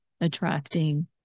attracting